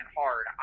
hard